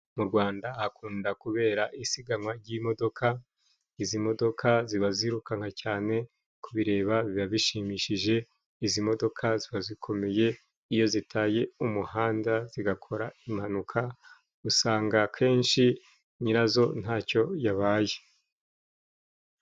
Mu Rwanda hakunda kubera isiganwa ry'imodoka. Izi modoka ziba zirukanka cyane kubireba biba bishimishije, izi modoka ziba zikomeye iyo zitaye umuhanda zigakora impanuka, usanga akenshi nyirazo ntacyo yabaye.